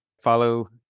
follow